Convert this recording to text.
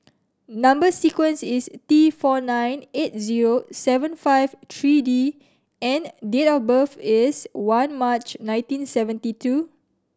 number sequence is T four nine eight zero seven five three D and date of birth is one March nineteen seventy two